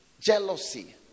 jealousy